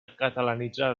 catalanitzar